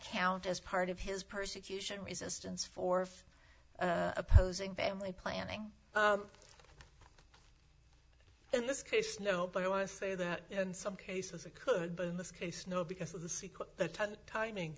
count as part of his persecution resistance for opposing family planning in this case no but i want to say that in some cases it could but in this case no because of the sequence the timing